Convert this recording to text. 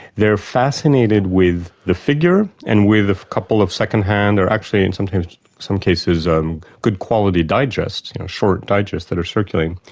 they're fascinated with the figure and with a couple of second-hand, or actually in some cases, um good quality digests, short digests that are circulating.